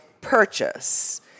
purchase